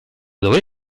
dove